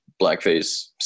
blackface